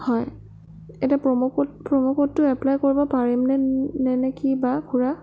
হয় ইয়াতে promo code promo ক'ডটো এপ্লাই কৰিব পাৰিম নে নে নে কি বা খুৰা